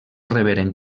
reberen